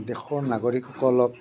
দেশৰ নাগৰিকসকলক